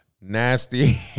nasty